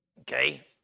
okay